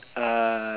uh